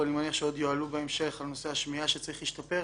ואני מניח שעוד יועלו דברים בהמשך בנושא השמיעה שצריך להשתפר,